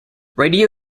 radio